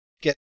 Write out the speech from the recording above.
get